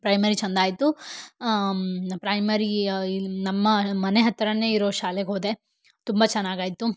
primary ಚಂದ ಆಯಿತು primary ಇಲ್ಲಿ ನಮ್ಮ ಮನೆ ಹತ್ತಿರನೇ ಇರೋ ಶಾಲೆಗೆ ಹೋದೆ ತುಂಬ ಚೆನ್ನಾಗಿ ಆಯಿತು